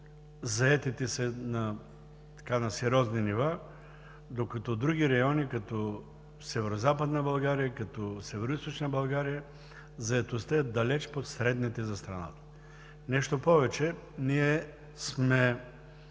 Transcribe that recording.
заетите са на сериозни нива, докато в други райони, като Северозападна България, Североизточна България, заетостта е далеч под средната за страната. Нещо повече, ние сме